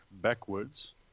backwards